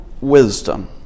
wisdom